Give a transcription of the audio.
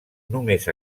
només